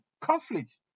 conflict